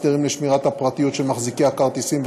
הסדרים לשמירת הפרטיות של מחזיקי הכרטיסים,